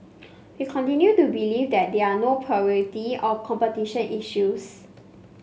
we continue to believe there are no plurality or competition issues